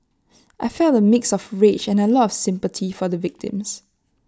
I felt A mix of rage and A lot of sympathy for the victims